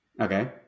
Okay